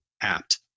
Apt